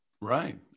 Right